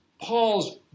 Paul's